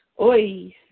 oi